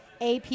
AP